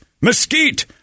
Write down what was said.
mesquite